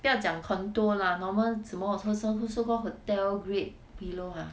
不要讲 contour lah normal 什么什么什么 so call hotel grade pillow ah